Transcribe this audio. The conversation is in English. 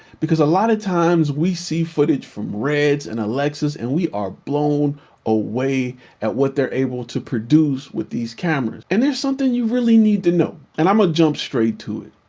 because a lot of times we see footage from reds and alexus and we are blown away at what they're able to produce with these cameras. and there's something you really need to know, and imma um ah jump straight to it.